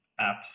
apps